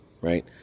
right